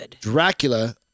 Dracula